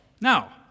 Now